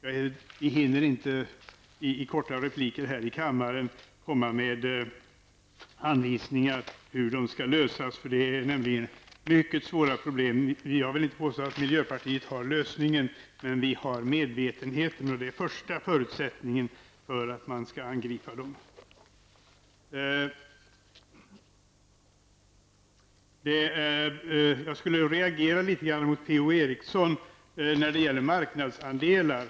Men det är omöjligt att i korta repliker här i kammaren komma med anvisningar om hur de kan lösas. Det handlar ju om mycket svåra problem. Jag vill inte påstå att vi i miljöpartiet har en lösning på problemen. Men vi är i alla fall medvetna om de problem som finns, och det är en första förutsättning för att det skall gå att angripa dem. Jag reagerar litet grand på det som Per-Ola Eriksson sade om detta med marknadsandelar.